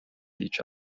each